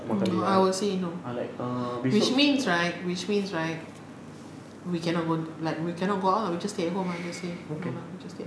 mm no I will say no which means right which means right we cannot go like we cannot go out lah we just stay home ya just stay home